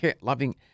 loving